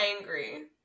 angry